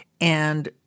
And-